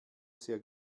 sehr